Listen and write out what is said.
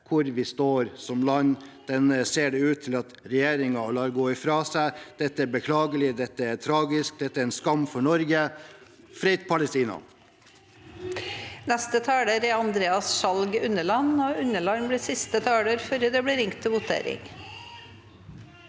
hvor vi står som land. Den sjansen ser det ut til at regjeringen vil la gå fra seg. Det er beklagelig, det er tragisk, og det er en skam for Norge. Fritt Palestina!